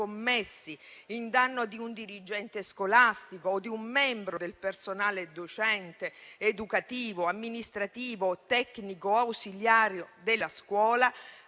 commessi in danno di un dirigente scolastico o di un membro del personale docente educativo, amministrativo, tecnico o ausiliario della scuola,